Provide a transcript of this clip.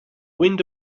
wind